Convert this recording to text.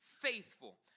faithful